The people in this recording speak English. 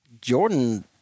Jordan